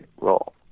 role